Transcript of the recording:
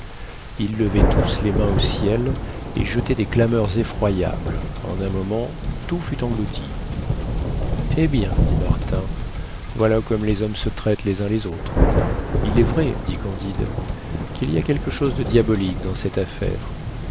ils levaient tous les mains au ciel et jetaient des clameurs effroyables en un moment tout fut englouti eh bien dit martin voilà comme les hommes se traitent les uns les autres il est vrai dit candide qu'il y a quelque chose de diabolique dans cette affaire